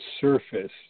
surface